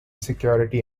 security